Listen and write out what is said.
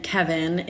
Kevin